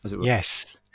Yes